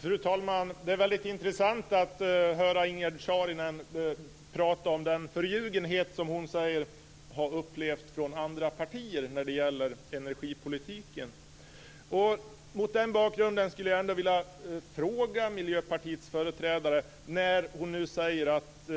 Fru talman! Det är väldigt intressant att höra Ingegerd Saarinen prata om den förljugenhet som hon säger sig ha upplevt från andra partier när det gäller energipolitiken. Mot den bakgrunden skulle jag vilja ställa några frågor till Miljöpartiets företrädare, när hon nu säger att